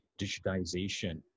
digitization